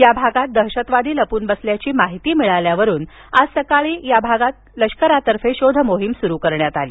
या भागात दहशतवादी लपून बसल्याची माहिती मिळाल्यावरून आज सकाळी या भागात लष्करातर्फे शोधमोहीम सुरु करण्यात आली